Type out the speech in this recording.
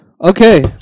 Okay